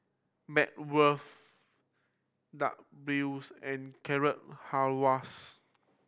Bratwurst Dak and Carrot Halwas